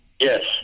Yes